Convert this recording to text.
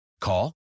Call